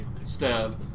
Stev